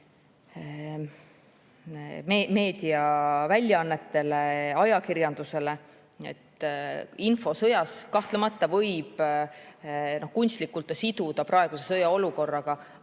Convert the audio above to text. meediaväljaannetele, ajakirjandusele. Infosõda kahtlemata võib kunstlikult siduda praeguse sõjaolukorraga,